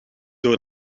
door